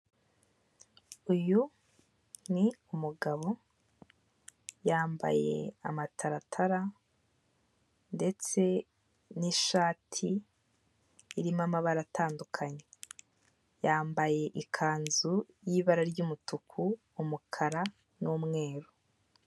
Uyu ni umugabo yambaye amataratara ndetse n'ishati irimo amabara atandukanye, yambaye ikanzu y'ibara ry'umutuku, umukara n'umweru.